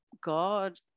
God